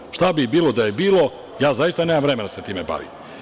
Dakle, šta bi bilo da je bilo, ja zaista nemam vremena da se time bavim.